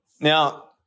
Now